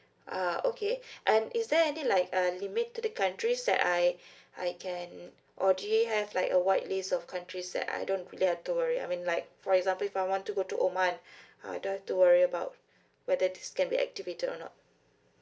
uh okay and is there any like a limit to the countries that I I can or do you have like a white list of countries that I don't really have to worry I mean like for example if I want to go to oman I don't have to worry about whether this can be activated or not